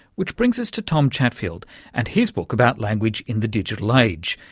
which brings us to tom chatfield and his book about language in the digital age,